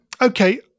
Okay